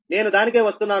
నేను దానికే వస్తున్నాను